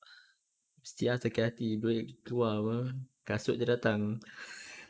mesti ah sakit hati duit keluar apa kasut jer datang